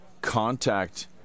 contact